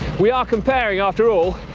we are comparing, after all,